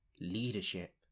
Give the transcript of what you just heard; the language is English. Leadership